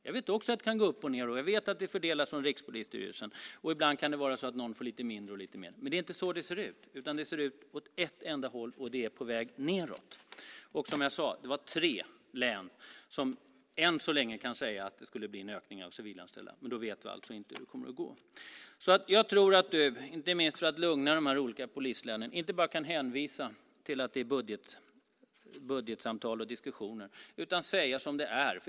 Jag vet också att det kan gå upp och ned, och jag vet att det fördelas från Rikspolisstyrelsen. Ibland kan det vara så att någon får lite mindre eller mer. Men det är inte så det ser ut, utan det går åt ett enda håll. Det är på väg nedåt. Som jag sade är det tre län som än så länge kan säga att det blir en ökning av antalet civilanställda. Men vi vet inte hur det kommer att gå. Jag tycker att du, inte minst för att lugna de olika polislänen, inte bara ska hänvisa till att det är budgetsamtal och diskussioner, utan säga som det är.